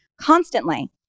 constantly